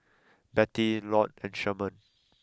Bette Loyd and Sherman